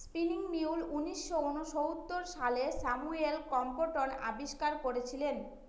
spinning mule উনিশশো ঊনসত্তর সালে স্যামুয়েল ক্রম্পটন আবিষ্কার করেছিলেন